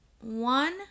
One